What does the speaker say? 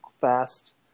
fast